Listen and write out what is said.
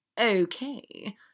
Okay